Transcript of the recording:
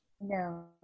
No